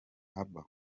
haba